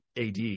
AD